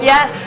Yes